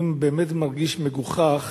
אני באמת מרגיש מגוחך